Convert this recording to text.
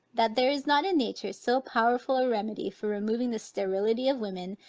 that there is not in nature so powerful a remedy for removing the sterility of women,